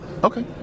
Okay